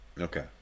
Okay